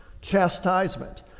chastisement